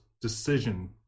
decision